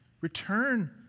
return